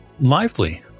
lively